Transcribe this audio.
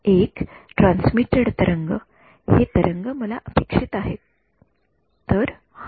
एक ट्रान्समिटेड तरंग हे तरंग मला अपेक्षित आहेत तर हा